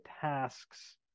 tasks